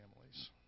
families